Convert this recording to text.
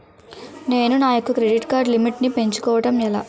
నేను నా యెక్క క్రెడిట్ కార్డ్ లిమిట్ నీ పెంచుకోవడం ఎలా?